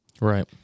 Right